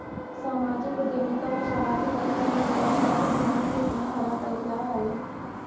सामाजिक उद्यमिता में सामाजिक स्तर पर व्यवसाय के समाज के हित में खड़ा कईल जा हई